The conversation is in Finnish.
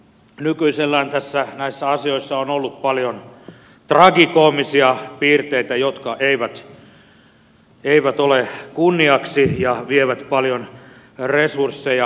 nykyisellään näissä asioissa on ollut paljon tragikoomisia piirteitä jotka eivät ole kunniaksi ja vievät paljon resursseja